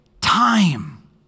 time